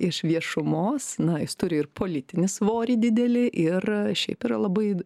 iš viešumos na jis turi ir politinį svorį didelį ir šiaip yra labai